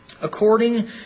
according